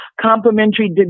complementary